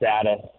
status